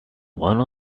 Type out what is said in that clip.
one